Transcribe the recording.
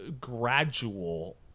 gradual